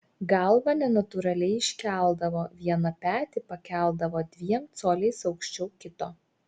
galvą nenatūraliai iškeldavo vieną petį pakeldavo dviem coliais aukščiau kito